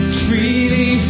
freely